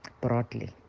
broadly